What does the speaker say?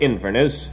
Inverness